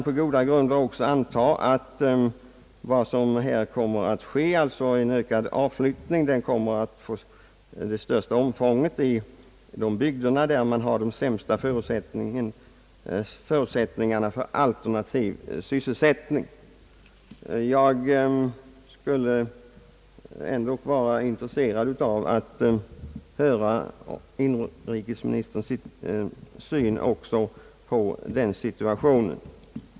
På goda grunder kan man också räkna med att avflyttningen från jordbruket kommer att få största omfattningen i de bygder där möjligheterna till alternativ sysselsättning är sämst. I alla fall skulle jag vara intresserad av att höra hur inrikesministern ser också på dessa problem.